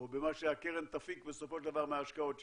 או במה שהקרן תפיק בסופו של דבר מההשקעות שלה,